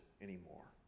anymore